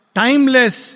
timeless